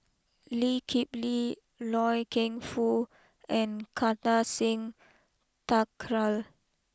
Lee Kip Lee Loy Keng Foo and Kartar Singh Thakral